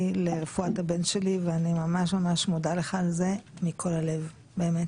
לרפואה הבן שלי ואני ממש ממש מודה לך על זה מכל הלב באמת.